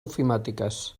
ofimàtiques